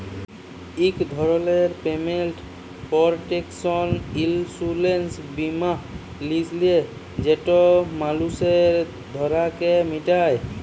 ইক ধরলের payment protection insurance বীমা লিলে যেট মালুসের ধারকে মিটায়